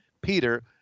Peter